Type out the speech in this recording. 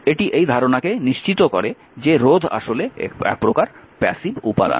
এটি এই ধারণাকে নিশ্চিত করে যে রোধ আসলে একপ্রকার প্যাসিভ উপাদান